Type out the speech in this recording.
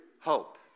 hope